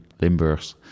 Limburgs